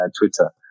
Twitter